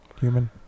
human